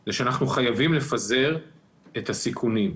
זה שאנחנו חייבים לפזר את הסיכונים.